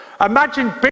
Imagine